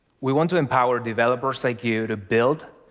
we want to empower developers like you to build,